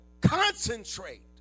concentrate